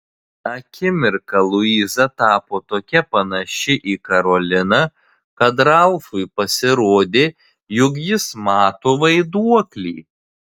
akimirką luiza tapo tokia panaši į karoliną kad ralfui pasirodė jog jis mato vaiduoklį